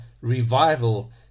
revival